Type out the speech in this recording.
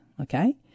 okay